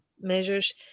measures